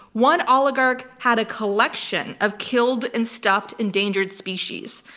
one oligarch had a collection of killed and stuffed endangered species.